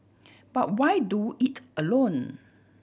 but why do it alone